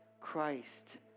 Christ